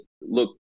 look